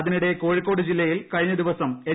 അതിനിടെ കോഴിക്കോട് ജില്ലയിൽ കഴിഞ്ഞദിവസം എച്ച്